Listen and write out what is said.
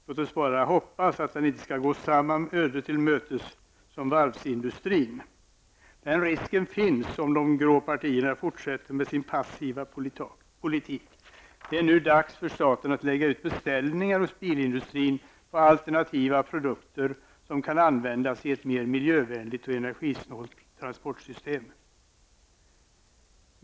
Låt oss bara hoppas att den inte skall gå samma öde till mötes som varvsindustrin. Den risken finns, om de grå partierna fortsätter med sin passiva politik. Det är nu dags för staten att lägga ut beställningar hos bilindustrin på alternativa produkter som kan användas i ett mera miljövänligt och energisnålt transportsystem.